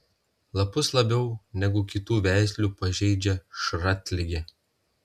lapus labiau negu kitų veislių pažeidžia šratligė